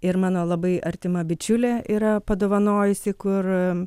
ir mano labai artima bičiulė yra padovanojusi kur